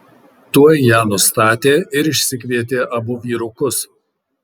tuoj ją nustatė ir išsikvietė abu vyrukus